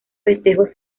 festejos